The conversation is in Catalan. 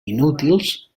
inútils